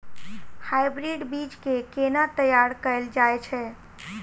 Hybrid बीज केँ केना तैयार कैल जाय छै?